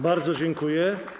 Bardzo dziękuję.